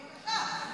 מה את רוצה מהבן אדם?